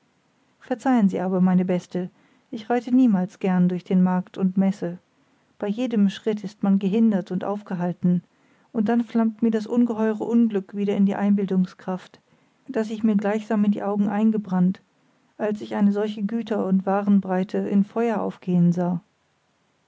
verzeihen sie aber meine beste ich reite niemals gern durch den markt und messe bei jedem schritt ist man gehindert und aufgehalten und dann flammt mir das ungeheure unglück wieder in die einbildungskraft das sich mir gleichsam in die augen eingebrannt als ich eine solche güter und warenbreite in feuer aufgehen sah